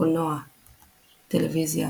קולנוע טלוויזיה